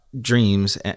dreams